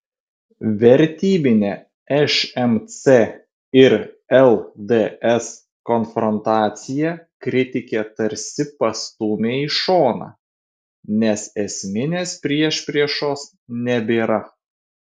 vertybinę šmc ir lds konfrontaciją kritikė tarsi pastūmė į šoną nes esminės priešpriešos nebėra